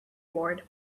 ward